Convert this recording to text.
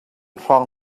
hrawng